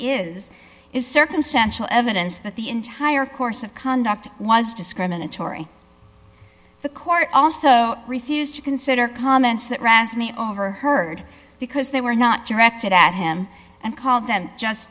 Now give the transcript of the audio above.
is is circumstantial evidence that the entire course of conduct was discriminatory the court also refused to consider comments that randomly overheard because they were not directed at him and called them just